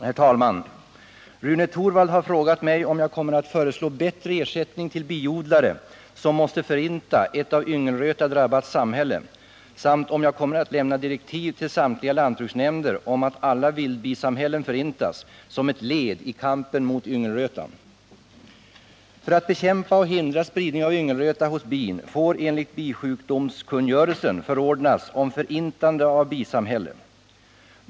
Herr talman! Rune Torwald har frågat mig om jag kommer att föreslå bättre ersättning till biodlare, som måste förinta ett av yngelröta drabbat samhälle samt om jag kommer att lämna direktiv till samtliga lantbruksnämnder om att alla vildbisamhällen förintas som ett led i kampen mot yngelröta. bisjukdomskungörelsen förordnas om förintande av bisamhälle.